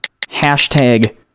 Hashtag